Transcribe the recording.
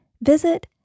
visit